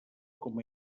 com